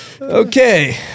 Okay